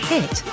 Hit